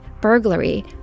burglary